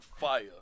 fire